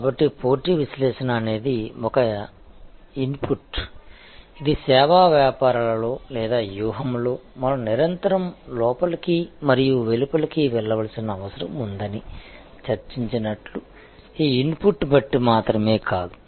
కాబట్టి పోటీ విశ్లేషణ అనేది ఒక ఇన్పుట్ ఇది సేవా వ్యాపారాలలో లేదా వ్యూహంలో మనం నిరంతరం లోపలికి మరియు వెలుపల వెళ్లవలసిన అవసరం ఉందని చర్చించినట్లు ఆ ఇన్పుట్ను బట్టి మాత్రమే కాదు